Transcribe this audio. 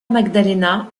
magdalena